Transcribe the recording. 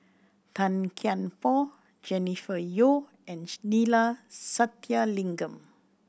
Tan Kian Por Jennifer Yeo and Neila Sathyalingam